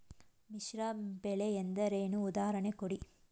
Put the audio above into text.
ಮಿಶ್ರ ಬೆಳೆ ಎಂದರೇನು, ಉದಾಹರಣೆ ಕೊಡಿ?